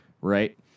right